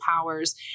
powers